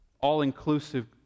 all-inclusive